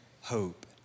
hope